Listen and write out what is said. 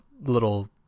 little